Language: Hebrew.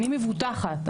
אני מבוטחת.